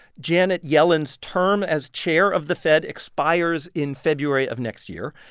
janet yellen's term as chair of the fed expires in february of next year.